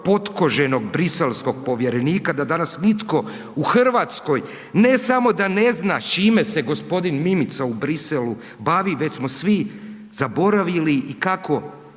potkoženog briselskog povjerenika da nas nitko u Hrvatskoj ne samo da ne zna čime se gospodin Mimica u Bruxellesu bavi već smo svi zaboravili i kao